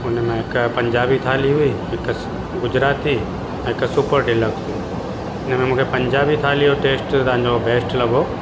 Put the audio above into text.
हुनमें हिक पंजाबी थाली हुई हिक स गुजराती ऐं हिक सूपर डिलक्स हुई हिनमें मूंखे पंजाबी थाली जो टेस्ट तव्हांजो बेस्ट लॻो